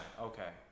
okay